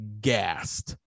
gassed